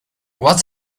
what